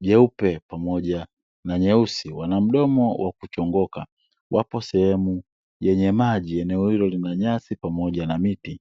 nyeupe pamoja na nyeusi, wana mdomo wakuchongoka; wapo sehemu yenye maji. Eneo hilo lina nyasi pamoja na miti.